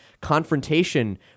confrontation